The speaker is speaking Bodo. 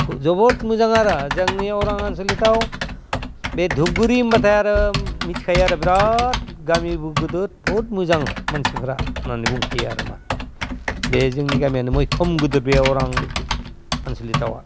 जोबोद मोजां आरो जोंनि अरां ओनसोलाव बे धुपगुरि होनबाथाय आरो मिथिखायो आरो बिराद गामिबो गोदोद बहुद मोजां मानसिफोरा होननानै बुंखायो आरो मा बे जोंनि गामियानो मैखोम गोदोर बे अरां आन्सलिकावहा